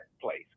place